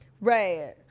Right